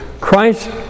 Christ